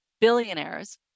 billionaires